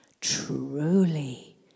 Truly